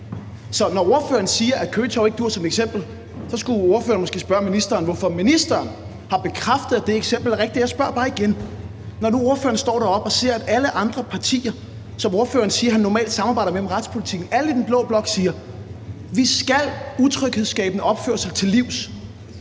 Så når ordføreren siger, at Køge Torv ikke duer som eksempel, skulle ordføreren måske spørge ministeren, hvorfor ministeren har bekræftet, at det eksempel er rigtigt. Jeg spørger bare igen, fordi ordføreren så nu står deroppe og siger, at alle andre partier i den blå blok, som ordføreren siger han normalt samarbejder med om retspolitikken, siger: Vi skal utryghedsskabende opførsel til livs,